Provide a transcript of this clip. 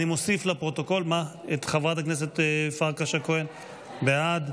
18 בעד, ח"י בעד,